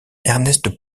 ernest